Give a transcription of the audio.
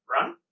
Run